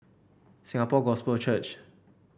Singapore Gospel Church